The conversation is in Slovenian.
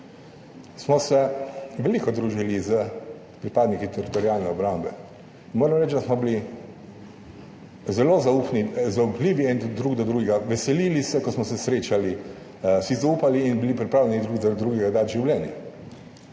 smo se družili s pripadniki Teritorialne obrambe in moram reči, da smo bili zelo zaupljivi drug do drugega, veselili se, ko smo se srečali, si zaupali in bili pripravljeni drug za drugega dati življenje.